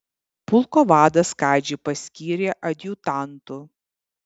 pulko vadas kadžį paskyrė adjutantu